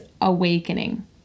awakening